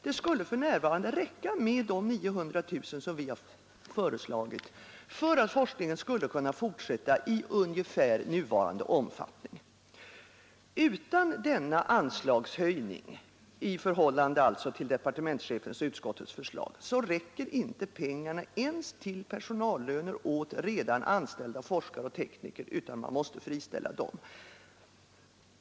Det skulle för närvarande räcka med de 900 000 kronor vi har föreslagit för att forskningen skulle kunna fortsätta i ungefär nuvarande omfattning. Utan denna anslagshöjning — i förhållande alltså till departementschefens och utskottets förslag — räcker inte pengarna ens till personallöner åt redan anställda forskare och tekniker, utan man måste friställa dem.